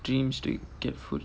dreams to get food